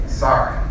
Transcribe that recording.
sorry